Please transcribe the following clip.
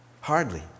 hardly